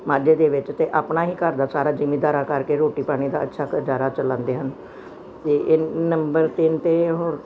ਮਾਝੇ ਦੇ ਵਿੱਚ ਤੇ ਆਪਣਾ ਹੀ ਘਰ ਦਾ ਸਾਰਾ ਜਿੰਮੀਦਾਰਾਂ ਕਰਕੇ ਰੋਟੀ ਪਾਣੀ ਦਾ ਅੱਛਾ ਗੁਜ਼ਾਰਾ ਚਲਾਂਦੇ ਹਨ ਤੇ ਇਹ ਨੰਬਰ ਤਿੰਨ ਤੇ ਉਹ